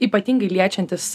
ypatingai liečiantis